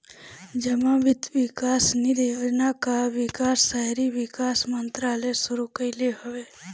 जमा वित्त विकास निधि योजना कअ विकास शहरी विकास मंत्रालय शुरू कईले हवे